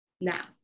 now